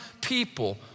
people